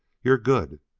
you're good!